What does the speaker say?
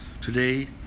Today